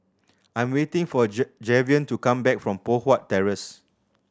I am waiting for J Javion to come back from Poh Huat Terrace